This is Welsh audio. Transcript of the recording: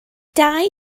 dau